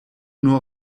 nur